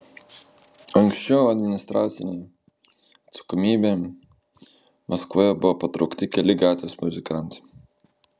anksčiau administracinėn atsakomybėn maskvoje buvo patraukti keli gatvės muzikantai